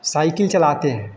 cycle चलाते हैं